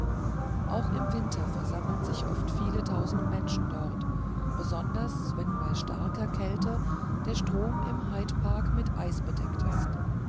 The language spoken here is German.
auch im winter versammeln sich oft viele tausend menschen dort besonders wenn bei starker kälte der strom im hyde park mit eis bedeckt ist